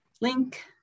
link